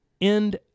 End